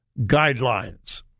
guidelines